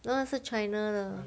那个是 china 的